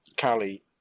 Callie